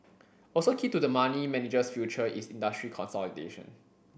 also key to the money manager's future is industry consolidation